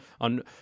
on